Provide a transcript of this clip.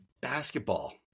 basketball